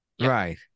Right